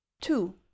two